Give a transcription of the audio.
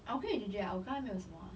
I'm okay with jay jay ah 我跟他没有什么 ah